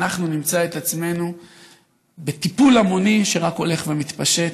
אנחנו נמצא את עצמו בטיפול המוני שרק הולך ומתפשט.